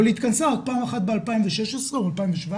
אבל היא התכנסה רק פעם אחת ב-2016 או 2017,